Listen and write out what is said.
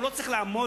הוא לא צריך לעמוד,